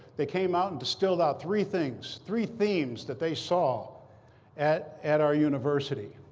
they came out and distilled out three things three themes that they saw at at our university.